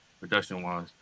production-wise